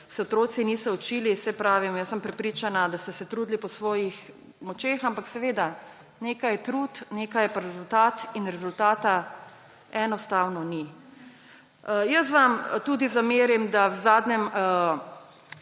se otroci niso učili. Saj pravim, jaz sem prepričana, da ste se trudili po svojih močeh, ampak nekaj je trud, nekaj pa je rezultat; in rezultata enostavno ni. Jaz vam tudi zamerim, da v zadnjem